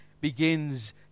begins